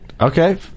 Okay